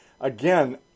again